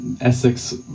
Essex